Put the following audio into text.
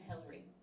Hillary